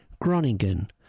Groningen